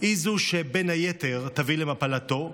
היא שבין היתר תביא למפלתו,